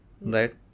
right